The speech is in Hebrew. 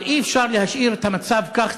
אבל אי-אפשר להשאיר את המצב כך,